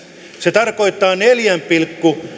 se tarkoittaa neljän pilkku